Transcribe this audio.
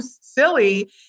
silly